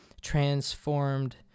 transformed